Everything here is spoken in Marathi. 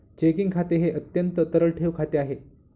चेकिंग खाते हे अत्यंत तरल ठेव खाते आहे